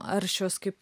aršios kaip